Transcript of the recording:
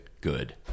good